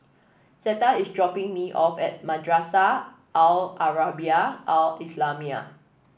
Zetta is dropping me off at Madrasah Al Arabiah Al Islamiah